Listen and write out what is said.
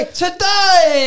today